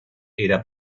era